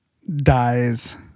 Dies